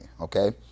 Okay